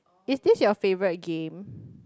is this your favourite game